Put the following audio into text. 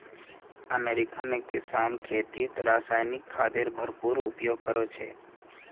America में किसान खेतीत रासायनिक खादेर भरपूर उपयोग करो छे